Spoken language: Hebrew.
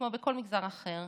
כמו בכל מגזר אחר,